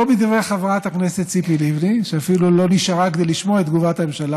חברת הכנסת ציפי לבני אפילו לא נשארה כדי לשמוע את תגובת הממשלה,